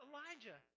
Elijah